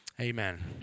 Amen